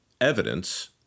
evidence